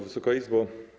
Wysoka Izbo!